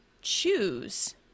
choose